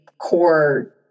core